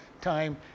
time